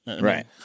Right